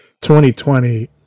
2020